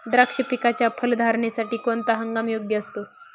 द्राक्ष पिकाच्या फलधारणेसाठी कोणता हंगाम योग्य असतो?